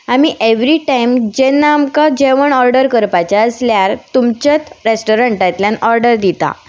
आमी every time जेन्ना आमकां जेवण ऑर्डर करपाचे आसल्यार तुमच्या रेस्टोरंटांतल्यान ऑर्डर दिता